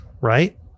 right